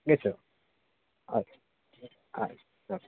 गच्छतु अस्ति आ ओके